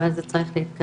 אבל זה צריך להתקדם.